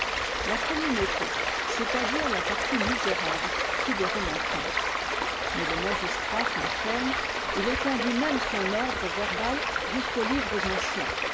la communauté c'est-à-dire la partie misérable fit des remontrances mais le magistrat tint ferme il étendit même son ordre verbal jusqu'aux livres anciens